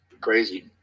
Crazy